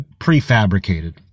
prefabricated